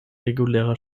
regulärer